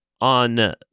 on